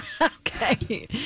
Okay